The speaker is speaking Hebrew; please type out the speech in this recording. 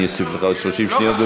אני אוסיף לך עוד 30 שניות.